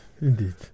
indeed